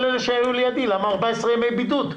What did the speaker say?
כל אלה שהיו לידי, למה 14 ימי בידוד?